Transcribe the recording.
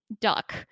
duck